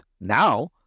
Now